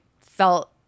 felt